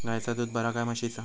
गायचा दूध बरा काय म्हशीचा?